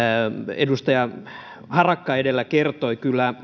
edustaja harakka edellä kertoi kyllä